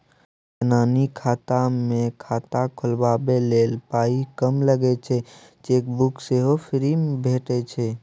जनानी खाता मे खाता खोलबाबै लेल पाइ कम लगै छै चेकबुक सेहो फ्री भेटय छै